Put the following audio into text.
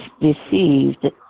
deceived